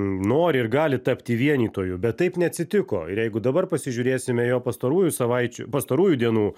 nori ir gali tapti vienytoju bet taip neatsitiko ir jeigu dabar pasižiūrėsime jo pastarųjų savaičių pastarųjų dienų